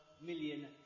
million